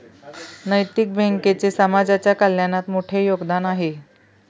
नैतिक बँकेचे समाजाच्या कल्याणात मोठे योगदान आहे